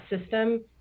system